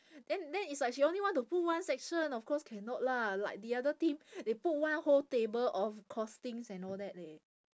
then then it's like she only want to put one section of course cannot lah like the other team they put one whole table of costings and all that leh